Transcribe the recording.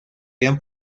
gran